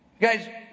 Guys